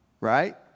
right